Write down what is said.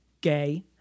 gay